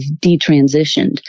detransitioned